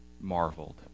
marveled